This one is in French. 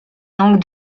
langue